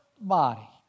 body